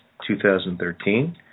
2013